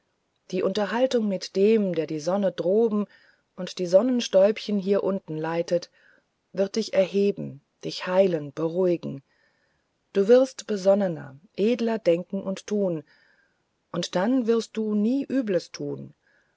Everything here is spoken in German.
die unterhaltung mit dem der die sonnen droben und die sonnenstäubchen hier unten leitet wird dich erheben dich heiligen beruhigen du wirst besonnener edler denken und tun und dann wirst du nie übles tun